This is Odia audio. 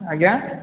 ଆଜ୍ଞା